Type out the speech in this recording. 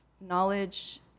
Knowledge